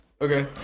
Okay